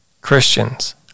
Christians